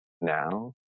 now